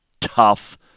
tough